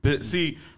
See